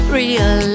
real